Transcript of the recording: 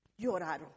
Lloraron